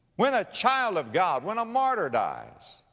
when a child of god, when a martyr dies,